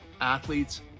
athletes